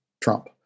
Trump